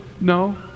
No